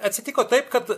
atsitiko taip kad